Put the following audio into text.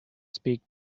speak